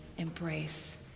embrace